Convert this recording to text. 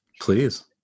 Please